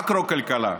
מקרו-כלכלה.